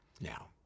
Now